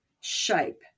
shape